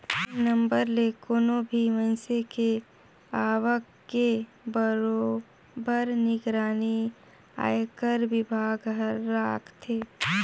PAN number ले कोनो भी मइनसे के आवक के बरोबर निगरानी आयकर विभाग हर राखथे